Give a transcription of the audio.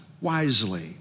wisely